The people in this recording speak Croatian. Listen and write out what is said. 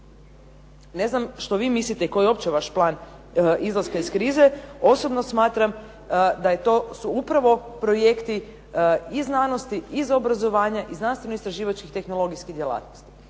Ne znam što vi mislite i koji je uopće vaš plan izlaska iz krize. Osobno smatram da to su u pravo projekti iz znanosti, obrazovanja i znanstveno-istraživačkih tehnologijskih djelatnosti.